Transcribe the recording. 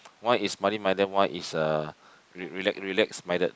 one is money minded what is a relax relax minded